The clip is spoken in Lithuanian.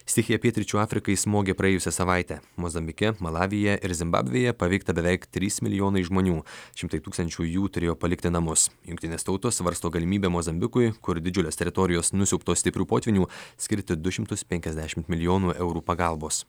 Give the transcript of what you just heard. stichija pietryčių afrikai smogė praėjusią savaitę mozambike malavyje ir zimbabvėje paveikta beveik trys milijonai žmonių šimtai tūkstančių jų turėjo palikti namus jungtinės tautos svarsto galimybę mozambikui kur didžiulės teritorijos nusiaubtos stiprių potvynių skirti du šimtus penkiasdešimt milijonų eurų pagalbos